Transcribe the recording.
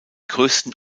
größten